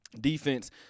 defense